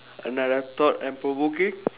another thought and provoking